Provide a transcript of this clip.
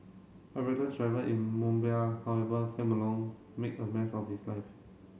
a reckless driver in Mumbai however came along make a mess of his life